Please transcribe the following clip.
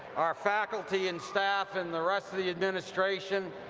our faculty and staff and the rest of the administration,